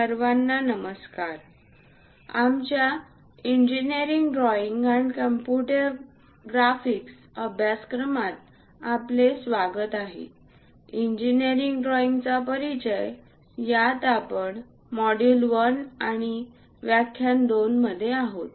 सर्वांना नमस्कार आमच्या इंजिनिअरिंग ड्रॉइंग आणि कम्प्युटर ग्राफिक्सअभ्यासक्रमात आपले स्वागत आहे इंजिनिअरिंग ड्रॉइंगचा परिचय यात आपण मॉड्यूल 1 आणि व्याख्यान 2 मध्ये आहोत